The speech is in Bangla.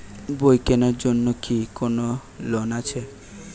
বই কেনার জন্য কি কোন লোন আছে?